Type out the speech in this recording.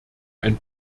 ein